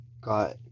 got